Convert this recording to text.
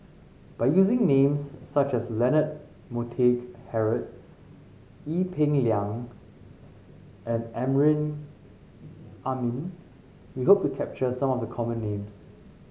by using names such as Leonard Montague Harrod Ee Peng Liang and Amrin Amin we hope to capture some of the common names